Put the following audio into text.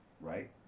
Right